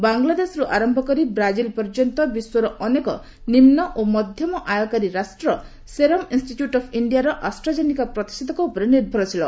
ବାଂଗ୍ଲାଦେଶରୁ ଆରମ୍ଭ କରି ବ୍ରାଜିଲ ପର୍ଯ୍ୟନ୍ତ ବିଶ୍ୱର ଅନେକ ନିମ୍ନ ଓ ମଧ୍ୟମ ଆୟକାରୀ ରାଷ୍ଟ୍ର ସେରମ୍ ଇନ୍ଷ୍ଟିଚ୍ୟୁଟ ଅଫ ଇଣ୍ଡିଆର ଆଷ୍ଟ୍ରାଜେନିକା ପ୍ରତିଷେଧ ଉପରେ ନିର୍ଭରଶୀଳ